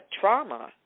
trauma